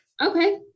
Okay